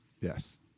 Yes